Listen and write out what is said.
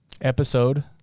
episode